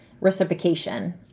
reciprocation